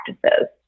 practices